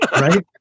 Right